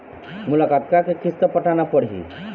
मोला कतका के किस्त पटाना पड़ही?